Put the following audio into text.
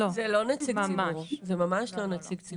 לא, זה ממש לא נציג ציבור.